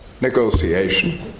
negotiation